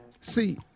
see